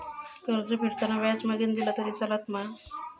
कर्ज फेडताना व्याज मगेन दिला तरी चलात मा?